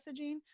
messaging